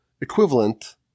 equivalent